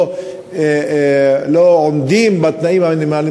לא עומדים בתנאים המינימליים,